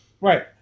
Right